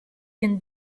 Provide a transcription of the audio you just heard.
can